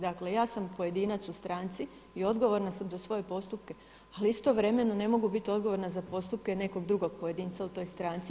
Dakle ja sam pojedinac u stranci i odgovorna sam za svoje postupke, ali istovremeno ne mogu biti odgovorna za postupke nekog drugog pojedinca u toj stranci.